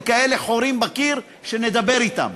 אל מול כאלה חורים בקיר שנדבר אתם,